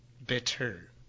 better